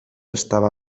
estava